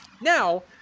now